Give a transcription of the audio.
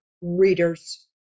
readers